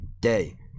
day